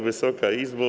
Wysoka Izbo!